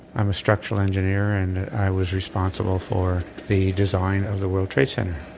i'm a structural engineer and i was responsible for the design of the world trade center.